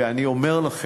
ואני אומר לכם: